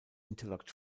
interlocked